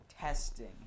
testing